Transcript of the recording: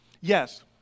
Yes